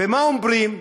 ומה אומרים?